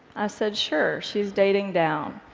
i said, sure, she's dating down,